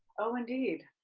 oh, indeed.